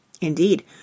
Indeed